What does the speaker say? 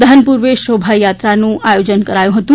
દહન પૂર્વે શોભાયાત્રાનું આયોજન કરાયું હતું